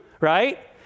right